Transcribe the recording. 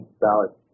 ballot